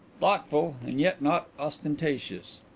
thoughtful, and yet not ostentatious.